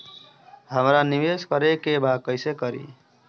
हमरा निवेश करे के बा कईसे करी?